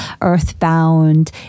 earthbound